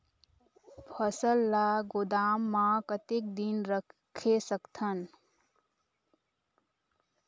फसल ला गोदाम मां कतेक दिन रखे सकथन?